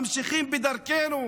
ממשיכים בדרכנו,